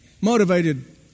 motivated